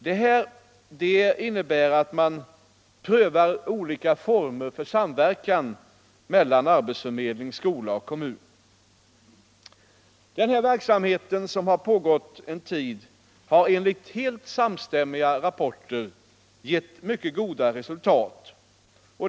Detta innebär att man prövar olika former för samverkan mellan arbetsförmedling, skola och kommun. Denna verksamhet, som nu pågått en tid, har enligt helt samstämmiga rapporter givit mycket goda resultat.